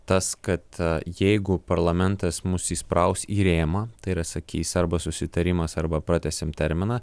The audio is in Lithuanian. tas kad jeigu parlamentas mus įspraus į rėmą tai yra sakys arba susitarimas arba pratęsiam terminą